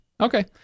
Okay